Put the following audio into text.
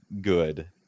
good